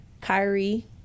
Kyrie